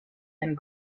and